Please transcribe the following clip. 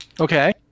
Okay